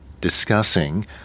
discussing